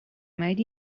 made